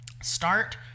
Start